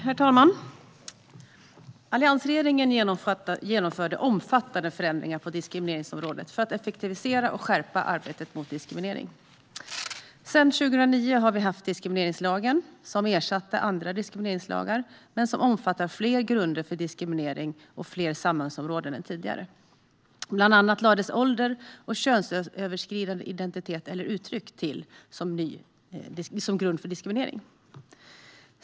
Herr talman! Alliansregeringen genomförde omfattande förändringar på diskrimineringsområdet för att effektivisera och skärpa arbetet mot diskriminering. Sedan 2009 har vi haft diskrimineringslagen, som ersatte andra diskrimineringslagar men som omfattar fler grunder för diskriminering och fler samhällsområden än tidigare. Bland annat lades ålder och könsöverskridande identitet eller uttryck till som grund för diskriminering.